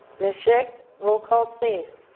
ms. shek roll call please.